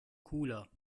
cooler